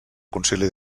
concili